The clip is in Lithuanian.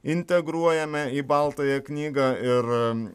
integruojame į baltąją knygą ir